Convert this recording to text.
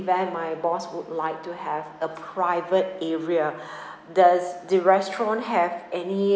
event my boss would like to have a private area does the restaurant have any